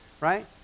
right